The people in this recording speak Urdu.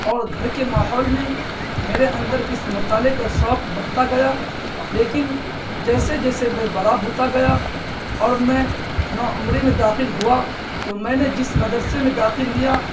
اور گھر کے ماحول میں میرے اندر اس مطالعہ کا شوق برھتا گیا لیکن جیسے جیسے میں بڑا ہوتا گیا اور میں نوعمری میں داخل ہوا تو میں نے جس مدرسے میں داخل لیا